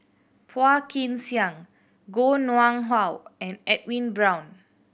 Phua Kin Siang Koh Nguang How and Edwin Brown